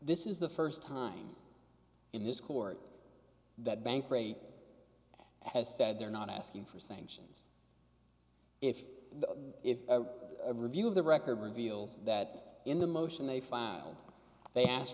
this is the st time in this court that bankrate has said they're not asking for sanctions if the if a review of the record reveals that in the motion they filed they asked